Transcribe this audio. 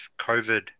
COVID